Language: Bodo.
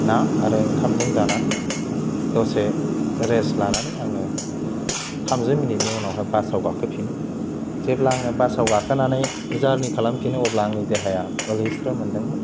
ना आरो ओंखामजों जानानै दसे रेस्ट लानानै आङो थामजि मिनिटनि उनावहाय बासआव गाखोफिनो जेब्ला आङो बासआव गाखोनानै जारनि खालामफिनो अब्ला आंनि देहाया ओलैस्रो मोनदोंमोन